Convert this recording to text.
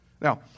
Now